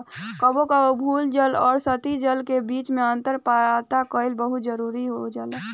कबो कबो भू जल आ सतही जल के बीच में अंतर पता कईल बहुत जरूरी हो जाला